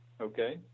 okay